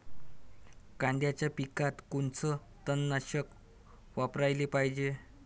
कांद्याच्या पिकात कोनचं तननाशक वापराले पायजे?